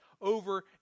over